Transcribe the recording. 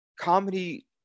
comedy